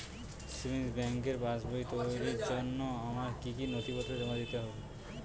Savings ব্যাংকের পাসবই তৈরির জন্য আমার কি কি নথিপত্র জমা দিতে হবে?